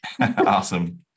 Awesome